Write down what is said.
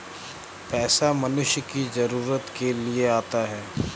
पैसा मनुष्य की जरूरत के लिए आता है